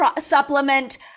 supplement